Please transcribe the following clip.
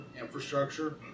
infrastructure